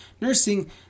nursing